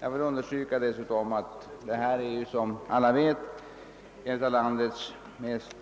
Jag vill dessutom erinra om att de trakter det här gäller utgör ett av landets mest